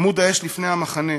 עמוד האש לפני המחנה.